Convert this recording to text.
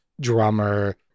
drummer